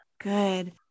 Good